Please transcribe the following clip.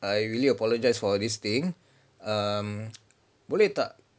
I really apologise for this thing um boleh tak